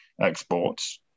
exports